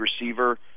receiver